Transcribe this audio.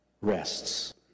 rests